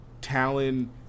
Talon